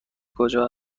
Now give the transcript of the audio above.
کجا